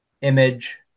image